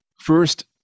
first